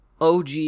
OG